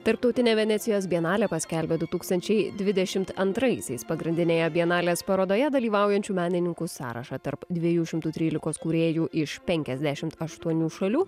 tarptautinė venecijos bienalė paskelbė du tūkstančiai dvidešimt antraisiais pagrindinėje bienalės parodoje dalyvaujančių menininkų sąrašą tarp dviejų šimtų trylikos kūrėjų iš penkiasdešimt aštuonių šalių